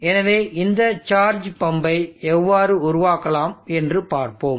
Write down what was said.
எனவே இந்த சார்ஜ் பம்பை எவ்வாறு உருவாக்கலாம் என்று பார்ப்போம்